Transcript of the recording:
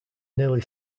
nearly